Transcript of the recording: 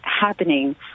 happening